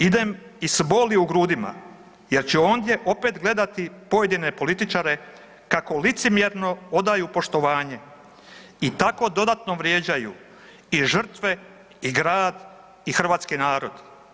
Idem i s boli u grudima jer ću ondje opet gledati pojedine političare kako licemjerno odaju poštovanje i tako dodatno vrijeđaju i žrtve i grad i hrvatski narod.